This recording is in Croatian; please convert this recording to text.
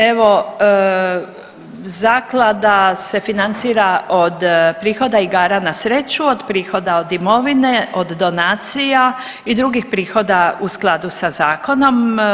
Evo Zaklada se financira od prihoda igara na sreću, od prihoda od imovine, od donacija i drugih prihoda u skladu sa zakonom.